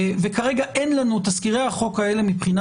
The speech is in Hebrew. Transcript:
וכרגע לתזכירי החוק האלה מבחינה